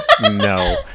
no